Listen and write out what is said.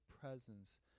presence